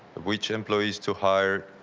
which employees to hire,